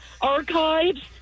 archives